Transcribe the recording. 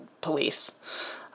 police